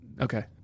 Okay